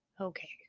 Okay